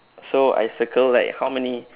so I circle like how many